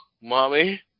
Mommy